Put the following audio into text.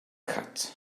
cut